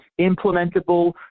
implementable